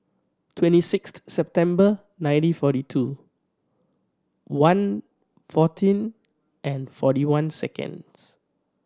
twenty sixth September nineteen forty two one fourteen and forty one seconds